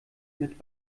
mit